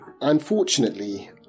Unfortunately